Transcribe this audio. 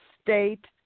state